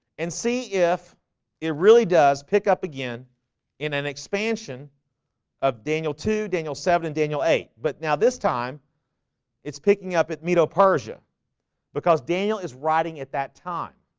and see if it really does pick up again in an expansion of daniel to daniel seven and daniel eight, but now this time it's picking up at medo-persia because daniel is riding at that time